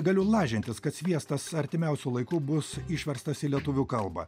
galiu lažintis kad sviestas artimiausiu laiku bus išverstas į lietuvių kalbą